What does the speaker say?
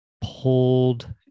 pulled